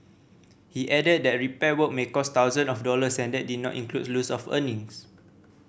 he added that repair work may cost thousand of dollars and that did not include loss of earnings